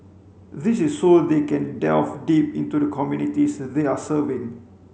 this is so they can delve deep into the communities they are serving